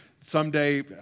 someday